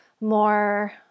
more